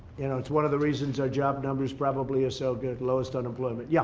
you know it's one of the reasons our job numbers probably are so good. lowest unemployment. yeah